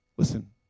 Listen